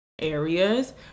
areas